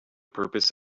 purpose